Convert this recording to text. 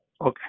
Okay